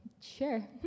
sure